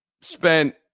spent